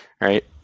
right